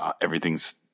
everything's